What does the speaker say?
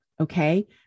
Okay